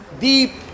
deep